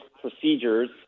procedures